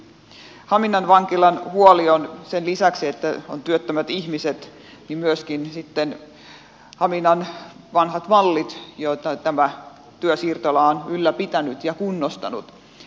huoli haminan vankilasta koskee sen lisäksi että on työttömät ihmiset myöskin sitten haminan vanhoja valleja joita tämä työsiirtola on ylläpitänyt ja kunnostanut